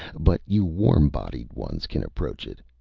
but you warm-bodied ones can approach it.